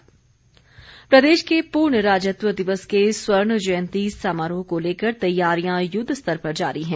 पूर्ण राज्यत्व तैयारी प्रदेश के पूर्ण राज्यत्व दिवस के स्वर्ण जयंती समारोह के लेकर तैयारियां युद्धस्तर पर जारी हैं